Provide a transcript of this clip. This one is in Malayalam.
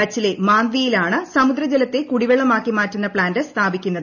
കച്ചിലെ മാന്ദ്വിയിലാണ് സമുദ്രജലത്തെ കുടിവെള്ളമാക്കി മാറ്റുന്ന പ്ലാന്റ് സ്ഥാപിക്കുന്നത്